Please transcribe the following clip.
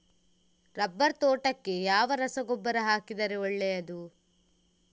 Rubber ತೋಟಕ್ಕೆ ಯಾವ ರಸಗೊಬ್ಬರ ಹಾಕಿದರೆ ಒಳ್ಳೆಯದು?